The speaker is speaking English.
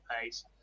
pace